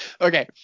okay